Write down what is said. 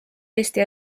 eesti